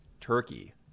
turkey